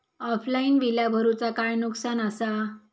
Offline बिला भरूचा काय नुकसान आसा?